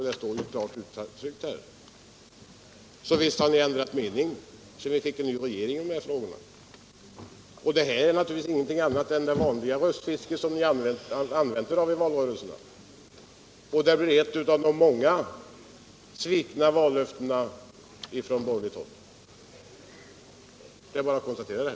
Och detta står ju tryckt här, så visst har ni ändrat mening i dessa frågor sedan vi fick en ny regering. Det här är naturligtvis ingenting annat än det vanliga röstfiske som ni använt er av i valrörelserna. Och detta är väl ett av de många svikna vallöftena från borgerligt håll. Det är bara att konstatera det.